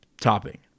topping